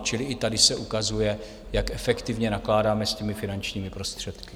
Čili i tady se ukazuje, jak efektivně nakládáme s finančními prostředky.